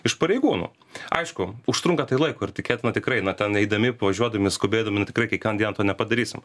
iš pareigūnų aišku užtrunka tai laiko ir tikėtina tikrai na ten eidami pavažiuodami skubėdami nu tikrai kiekvieną dieną to nepadarysim